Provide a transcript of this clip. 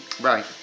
Right